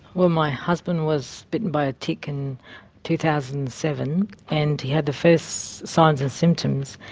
well, my husband was bitten by a tick in two thousand and seven and he had the first signs and symptoms.